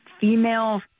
female